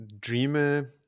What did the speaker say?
Dreamer